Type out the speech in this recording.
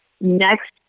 next